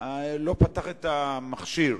לא פתח את המכשיר.